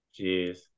Jeez